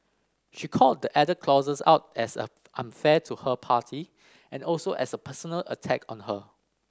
she called the added clauses out as a unfair to her party and also as a personal attack on her